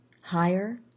higher